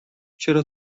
چرا